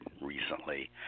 recently